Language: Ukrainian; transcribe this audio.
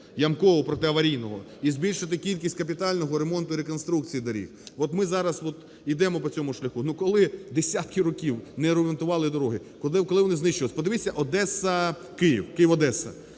ямкового протиаварійного, і збільшити кількість капітального ремонту реконструкції доріг. От ми зараз ідемо по цьому шляху. Ну, коли десятки років не ремонтували дороги, коли вони знищувались…Подивіться, Одеса-Київ, Київ-Одеса.